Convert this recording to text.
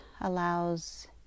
allows